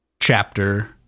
chapter